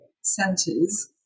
centers